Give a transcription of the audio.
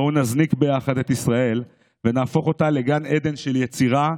בואו נזניק ביחד את ישראל ונהפוך אותה לגן עדן של יצירה,